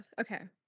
okay